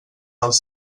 els